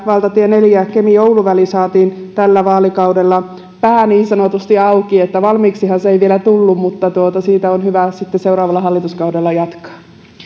valtatie neljän kemi oulu välillä saatiin tällä vaalikaudella pää niin sanotusti auki valmiiksihan se ei vielä tullut mutta siitä on hyvä sitten seuraavalla hallituskaudella jatkaa